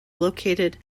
located